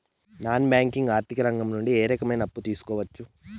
Non banking ఆర్థిక రంగం నుండి ఏ రకమైన అప్పు తీసుకోవచ్చు?